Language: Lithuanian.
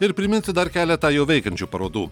ir priminsiu dar keletą jau veikiančių parodų